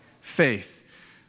faith